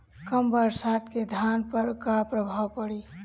कम बरसात के धान पर का प्रभाव पड़ी?